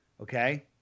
Okay